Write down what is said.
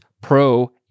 pro